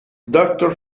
doctor